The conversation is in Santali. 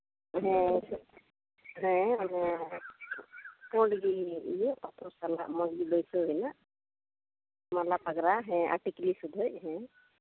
ᱦᱮᱸ ᱚᱱᱮ ᱚᱱᱮ ᱯᱩᱸᱰᱜᱮ ᱯᱟᱛᱷᱚᱨ ᱥᱟᱞᱟᱜ ᱢᱚᱡᱽᱜᱮ ᱵᱟᱹᱭᱥᱟᱹᱣ ᱢᱮᱱᱟᱜ ᱢᱟᱞᱟ ᱯᱟᱜᱽᱨᱟ ᱴᱤᱠᱞᱤ ᱥᱩᱫᱷᱟᱹᱜ ᱦᱮᱸ